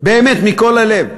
באמת, מכל הלב,